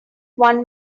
won